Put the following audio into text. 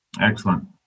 Excellent